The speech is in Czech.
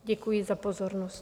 Děkuji za pozornost.